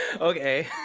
Okay